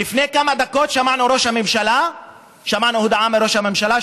לפני כמה דקות שמענו הודעה מראש הממשלה,